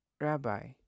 Rabbi